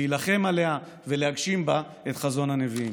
להילחם עליה ולהגשים בה את חזון הנביאים.